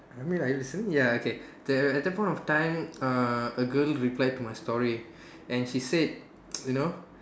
I mean like is only ya okay the at that point of time uh a girl replied to my story and she said you know